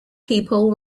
people